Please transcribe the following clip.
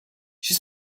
she